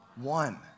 one